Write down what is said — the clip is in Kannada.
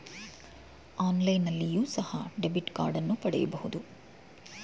ಆನ್ಲೈನ್ನಲ್ಲಿಯೋ ಸಹ ಡೆಬಿಟ್ ಕಾರ್ಡನ್ನು ಪಡೆಯಬಹುದು